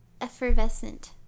effervescent